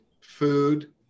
food